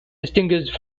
distinguished